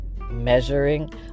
measuring